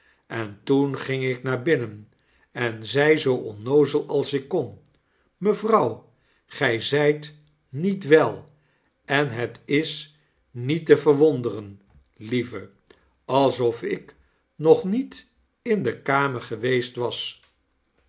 en toen ging ik naar binnen en zei zoo onnoozel als ik kon mevrouw gy zyt niet wel en het is niet te verwonderen lieve alsof ik nog niet in de kamer geweest was